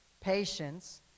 patience